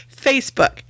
Facebook